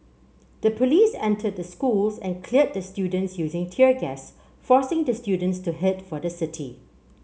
the police entered the schools and cleared the students using tear gas forcing the students to head for the city